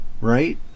right